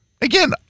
Again